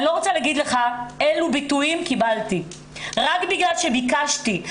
אני לא רוצה להגיד לך אילו ביטויים קיבלתי ורק בגלל שביקשתי את זה.